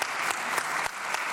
(מחיאות כפיים)